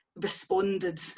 responded